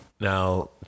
now